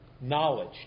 knowledge